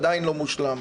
אבל עדיין לא מושלם.